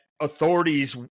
authorities